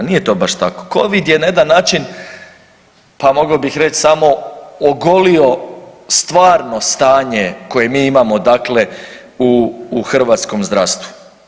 Nije to baš tako, covid je jedan način pa mogao bih reći samo ogolio stvarno stanje koje mi imamo u hrvatskom zdravstvu.